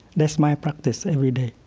that's my practice every day,